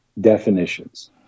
definitions